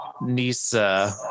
Nisa